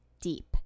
deep